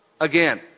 again